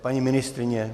Paní ministryně?